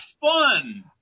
fun